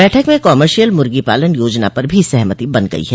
बैठक में कामर्शियल मुर्गीपालन योजना पर भी सहमति बन गयी है